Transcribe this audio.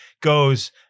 goes